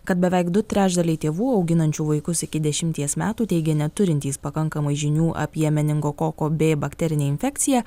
kad beveik du trečdaliai tėvų auginančių vaikus iki dešimties metų teigė neturintys pakankamai žinių apie meningokoko b bakterinę infekciją